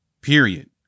period